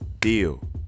deal